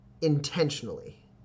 intentionally